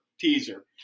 teaser